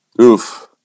Oof